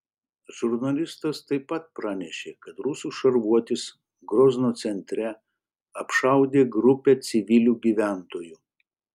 žurnalistas taip pat pranešė kad rusų šarvuotis grozno centre apšaudė grupę civilių gyventojų